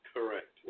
Correct